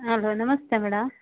hello ನಮಸ್ತೇ madam